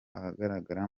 ahagaragara